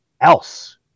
else